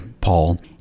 Paul